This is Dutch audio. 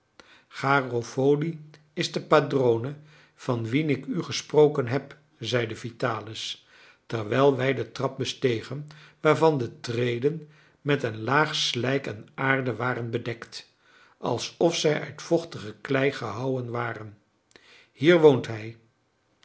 garofoli is de padrone van wien ik u gesproken heb zeide vitalis terwijl wij de trap bestegen waarvan de treden met een laag slijk en aarde waren bedekt alsof zij uit vochtige klei gehouwen waren hier woont hij